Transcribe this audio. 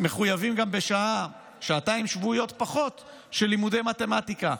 מחויבים גם בשעתיים שבועיות פחות של לימודי מתמטיקה.